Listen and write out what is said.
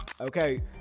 okay